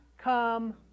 come